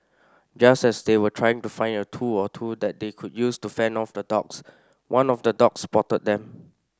just as they were trying to find a tool or two that they could use to fend off the dogs one of the dogs spotted them